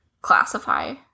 classify